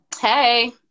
hey